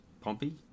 Pompey